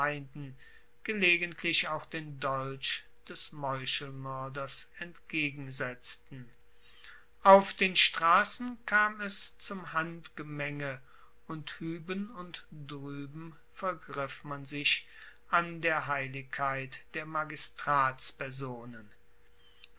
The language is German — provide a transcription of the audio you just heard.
gelegentlich auch den dolch des meuchelmoerders entgegensetzten auf den strassen kam es zum handgemenge und hueben und drueben vergriff man sich an der heiligkeit der